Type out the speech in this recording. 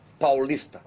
Paulista